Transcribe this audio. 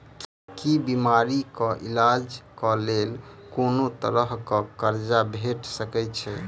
की बीमारी कऽ इलाज कऽ लेल कोनो तरह कऽ कर्जा भेट सकय छई?